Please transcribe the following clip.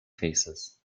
faces